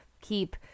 keep